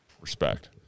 Respect